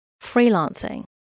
Freelancing